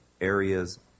areas